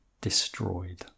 destroyed